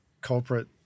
culprit